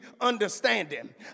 understanding